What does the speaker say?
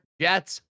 Jets